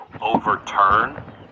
overturn